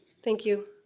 thank you.